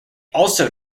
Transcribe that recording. also